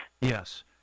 Yes